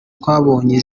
twabonye